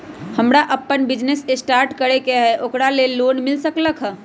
हमरा अपन business start करे के है ओकरा लेल लोन मिल सकलक ह?